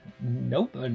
nope